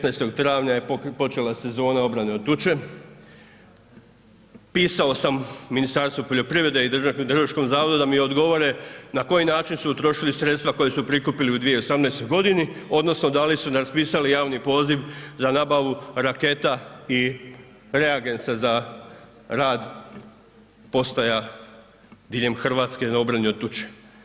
15. travnja je počela sezona obrane od tuče, pisao sam Ministarstvu poljoprivrede i DHMZ-u da mi odgovore na koji način su utrošili sredstva koja su prikupili u 2018. g. odnosno da li su raspisali javni poziv za nabavu raketa i reagensa za rad postaja diljem Hrvatske na obrani od tuče.